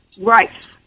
Right